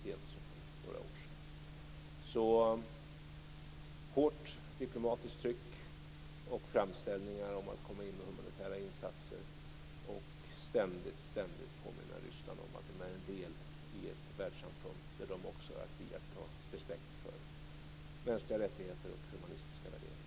Det är nödvändigt med ett hårt diplomatiskt tryck och framställningar om att komma in med humanitära insatser, och vi måste ständigt, ständigt påminna Ryssland om att de är en del i ett världssamfund där de också har att iaktta respekt för mänskliga rättigheter och humanistiska värderingar.